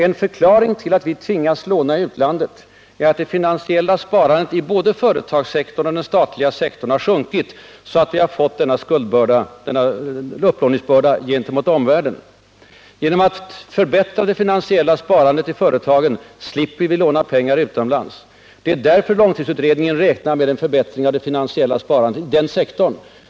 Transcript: En förklaring till att vi tvingats låna utomlands är att det finansiella sparandet i både företagssektorn och den statliga sektorn har sjunkit. Vi har därför fått ikläda oss en stor upplåningsbörda. Genom att förbättra det finansiella sparandet i företagen slipper vi låna pengar utomlands, och det är därför som långtidsutredningen räknar med en förbättring av det finansiella sparandet i den sektorn.